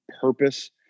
purpose